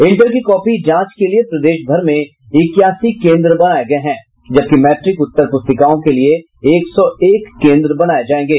inter की copy जांच के लिए प्रदेशभर में इक्यासी केन्द्र बनाये गये हैं जबकि मैट्रिक उत्तर पुस्तिकाओं के लिए एक सौ एक केन्द्र बनाये जायेंगे